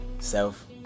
Self